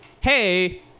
hey